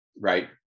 right